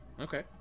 okay